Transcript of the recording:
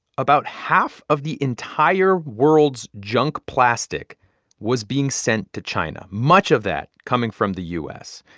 about half of the entire world's junk plastic was being sent to china, much of that coming from the u s.